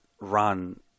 run